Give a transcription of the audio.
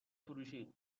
فروشی